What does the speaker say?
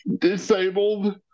disabled